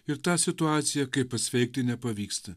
ir tą situaciją kai pasveikti nepavyksta